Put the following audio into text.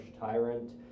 tyrant